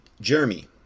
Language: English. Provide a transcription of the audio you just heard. jeremy